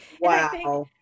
Wow